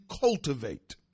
cultivate